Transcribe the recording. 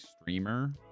streamer